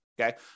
Okay